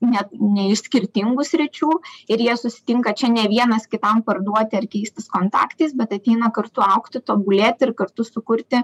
ne ne iš skirtingų sričių ir jie susitinka čia ne vienas kitam parduoti ar keistis kontaktais bet ateina kartu augti tobulėti ir kartu sukurti